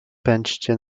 pędźcie